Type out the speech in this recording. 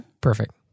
Perfect